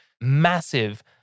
massive